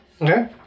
Okay